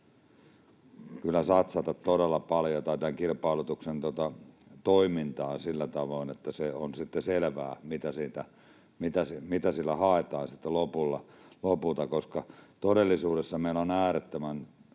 kyllä satsata todella paljon, sillä tavoin että se on sitten selvää, mitä sillä haetaan sitten lopulta, koska todellisuudessa meillä on äärettömän